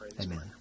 Amen